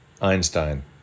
Einstein